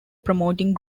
promoting